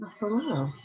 hello